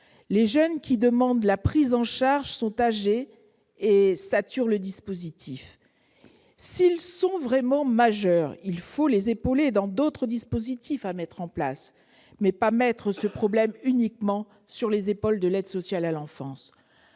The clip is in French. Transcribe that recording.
Les jeunes qui demandent la prise en charge sont âgés et saturent le dispositif. S'ils sont vraiment majeurs, il faut les épauler en mettant en place d'autres dispositifs. Mais il ne faut pas faire reposer ce problème uniquement sur les épaules de l'aide sociale à l'enfance.